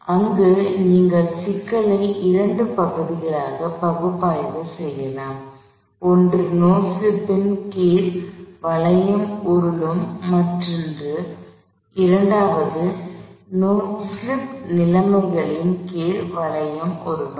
அங்கு நீங்கள் சிக்கலை இரண்டு பகுதிகளாக பகுப்பாய்வு செய்யலாம் ஒன்று நோ ஸ்லிப்பின் கீழ் வளையம் உருளும் மற்றும் இரண்டாவது ஸ்லிப் நிலைமைகளின் கீழ் வளையம் உருளும்